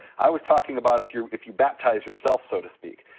i was talking about if you if you baptize yourself, so to speak.